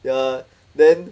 ya then